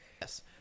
yes